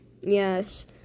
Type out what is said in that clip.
Yes